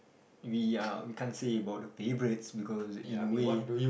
we are we can't say about the favourites because in a way